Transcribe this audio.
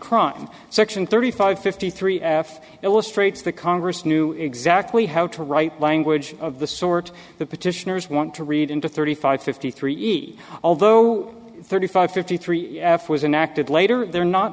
cross section thirty five fifty three f illustrates the congress knew exactly how to write language of the sort the petitioners want to read into thirty five fifty three e although thirty five fifty three was inactive later they're not